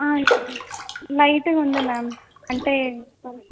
లైట్గా ఉంది మ్యామ్ అంటే